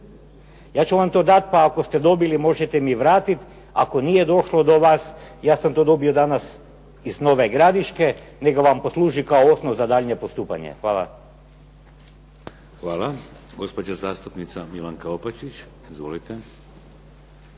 ja ću vam to dati pa ako ste dobili možete mi vratiti ako nije došlo do vas, ja sam to dobio danas iz Nove Gradiške, neka vam posluži kao osnov za daljnje postupanje. Hvala. **Šeks, Vladimir (HDZ)** Hvala. Gospođa zastupnica Milanka Opačić. Izvolite.